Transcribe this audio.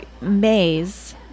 maze